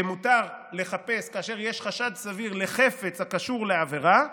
שמותר לחפש כאשר יש חשד סביר לחפץ הקשור לעבירה,